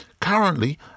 Currently